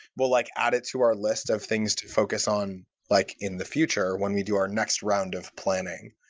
we'll like add it to our list of things to focus on like in the future when we do our next round of planning.